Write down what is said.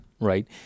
right